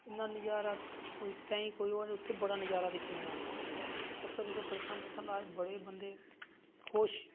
बड़ा नजारा दिक्खने दा ते ताहीं बड़ा नज़ारा दिक्खने दा चक्कर लाए परदक्खना बड़े बंदे खुश